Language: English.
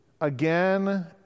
again